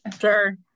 sure